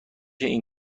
این